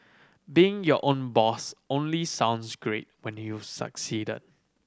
being your own boss only sounds great when you've succeeded